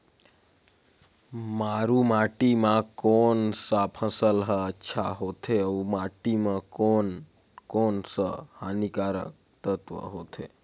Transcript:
मारू माटी मां कोन सा फसल ह अच्छा होथे अउर माटी म कोन कोन स हानिकारक तत्व होथे?